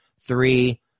Three